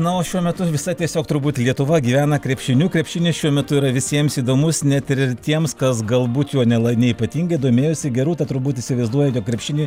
na o šiuo metu visa tiesiog turbūt lietuva gyvena krepšiniu krepšinis šiuo metu yra visiems įdomus net ir tiems kas galbūt jo nela ne ypatingai domėjosi gerūta turbūt įsivaizduoja jog krepšinį